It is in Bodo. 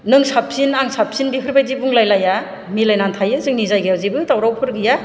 नों साबसिन आं साबसिन बेफोरबायदि बुंलायलाया मिलायनानै थायो जोंनि जायगायाव जेबो दावरावफोर गैया